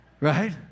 Right